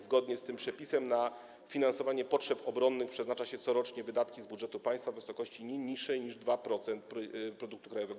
Zgodnie z tym przepisem na finansowanie potrzeb obronnych przeznacza się corocznie wydatki z budżetu państwa w wysokości nie niższej niż 2% PKB.